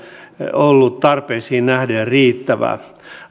ollut tarpeisiin nähden riittävää